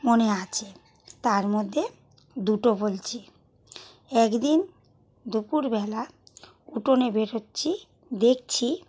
মনে আছে তার মধ্যে দুটো বলছি এক দিন দুপুরবেলা উঠনে বেরোচ্ছি দেখছি